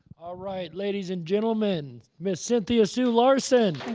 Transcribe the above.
right ladies and gentlemen, ms. cynthia sue larson!